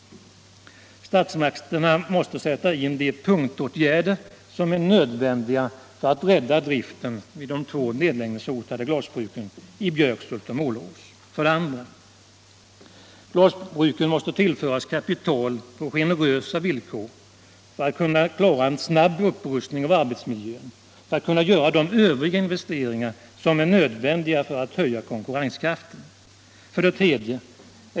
Statsmakterna måste sätta in de punktåtgärder som är nödvändiga för att rädda driften vid de två nedläggningshotade glasbruken i Björkshult och Målerås. 2. Glasbruken måste tillföras kapital på generösa villkor för att kunna klara en snabb upprustning av arbetsmiljön och för att kunna göra de övriga investeringar som är nödvändiga för att höja konkurrenskraften. 3.